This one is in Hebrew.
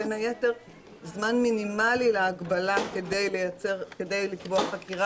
בין היתר זמן מינימלי להגבלה כדי לקבוע חקירה